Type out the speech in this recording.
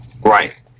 right